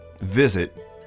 visit